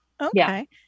okay